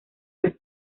las